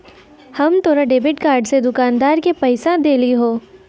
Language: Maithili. हम तोरा डेबिट कार्ड से दुकानदार के पैसा देलिहों